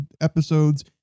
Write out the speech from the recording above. episodes